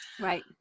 Right